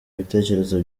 ibitekerezo